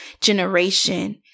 generation